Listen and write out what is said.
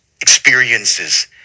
experiences